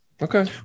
Okay